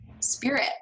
spirit